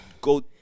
go